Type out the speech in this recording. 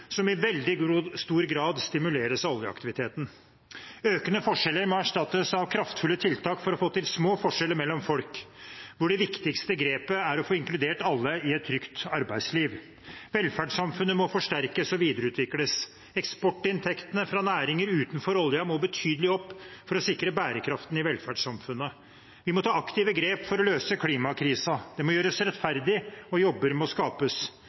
som i veldig stor grad stimuleres av oljeaktiviteten. Økende forskjeller må erstattes av kraftfulle tiltak for å få til små forskjeller mellom folk, hvor det viktigste grepet er å få inkludert alle i et trygt arbeidsliv. Velferdssamfunnet må forsterkes og videreutvikles. Eksportinntektene fra næringer utenfor oljen må betydelig opp for å sikre bærekraften i velferdssamfunnet. Vi må ta aktive grep for å løse klimakrisen. Det må gjøres rettferdig, og jobber må skapes.